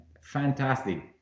Fantastic